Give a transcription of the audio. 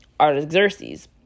Artaxerxes